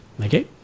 Okay